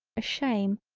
a shame,